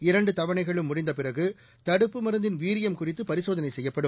இரண்டு தவணைகளும் முடிந்த பிறகு தடுப்பு மருந்தின் வீரியம் குறித்து பரிசோதனை செய்யப்படும்